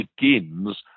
begins